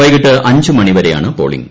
വൈകിട്ട് അഞ്ചുമണിവരെയാണ് പോളിംഗ്